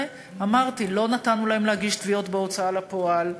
אמרתי, לא נתנו להם להגיש תביעות בהוצאה לפועל.